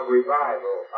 revival